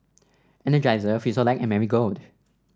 Energizer Frisolac and Marigold